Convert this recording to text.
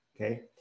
okay